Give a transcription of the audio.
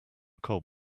cold